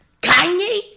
Kanye